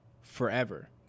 forever